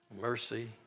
mercy